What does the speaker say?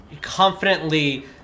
confidently